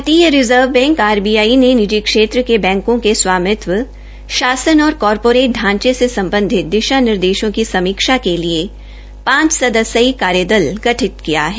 भारतीय reserve bank RBI ने निजी क्षेत्र के बैंकों के स्वामित्व शासन और कॉरपोरेट ढांचे से संबंधित दिशा निर्देशों की समीक्षा के लिए पांच सदस्यीय कार्यदल गठित किया है